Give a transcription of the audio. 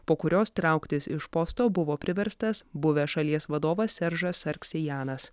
po kurios trauktis iš posto buvo priverstas buvęs šalies vadovas seržas arksijanas